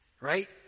right